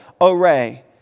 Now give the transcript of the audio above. array